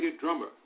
drummer